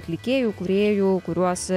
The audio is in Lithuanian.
atlikėjų kūrėjų kuriuos